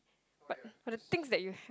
but but the things that you